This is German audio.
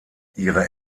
ihre